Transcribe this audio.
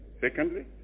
Secondly